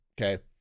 Okay